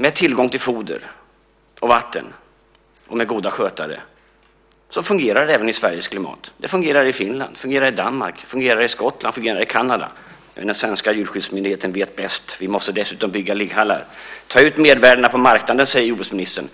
Med tillgång till foder och vatten och med goda skötare fungerar det även i Sveriges klimat. Det fungerar i Finland, i Danmark, i Skottland och i Kanada. Men den svenska Djurskyddsmyndigheten vet bäst. Vi måste dessutom bygga ligghallar. Ta ut mervärdena på marknaden! säger jordbruksministern.